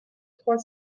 trois